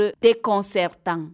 déconcertant